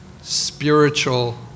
spiritual